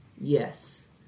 Yes